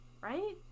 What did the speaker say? Right